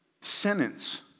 sentence